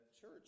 church